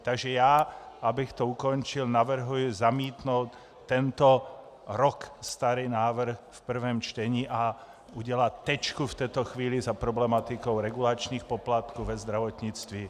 Takže abych to ukončil, navrhuji zamítnout tento rok starý návrh v prvém čtení a udělat tečku v této chvíli za problematikou regulačních poplatků ve zdravotnictví.